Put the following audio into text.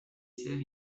ser